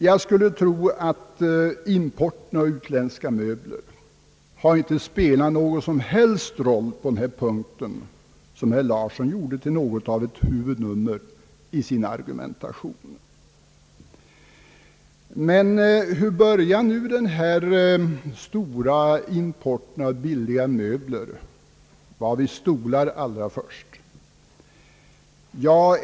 Jag skulle tro att importen av utländska möbler inte har spelat någon som helst roll på denna punkt, detta som herr Larsson gjorde till något av ett huvudnummer i sin argumentation. Hur började då denna stora import av billigare möbler, stolar allra först?